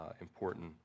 important